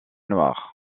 noire